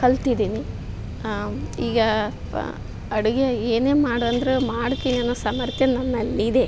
ಕಲ್ತಿದ್ದೀನಿ ಈಗ ಅಡುಗೆ ಏನೇ ಮಾಡು ಅಂದರೂ ಮಾಡ್ತೀನಿ ಅನ್ನೋ ಸಾಮರ್ಥ್ಯ ನನ್ನಲ್ಲಿದೆ